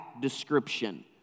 description